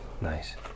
Nice